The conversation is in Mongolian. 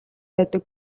байдаг